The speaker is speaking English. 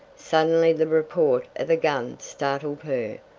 suddenly the report of a gun startled her!